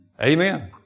Amen